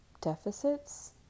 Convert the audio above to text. deficits